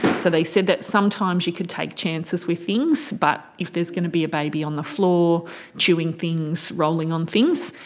so they said that sometimes you could take chances with things but there's going to be a baby on the floor chewing things, rolling on things,